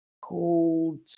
called